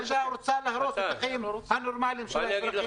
המדינה רוצה להרוס את החיים הנורמליים של האזרחים הילידים שם.